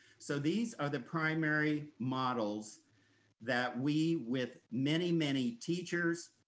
so these are the primary models that we with many, many teachers,